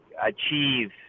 achieve